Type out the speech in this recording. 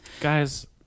guys